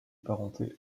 parenté